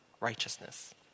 righteousness